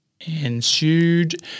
ensued